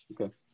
Okay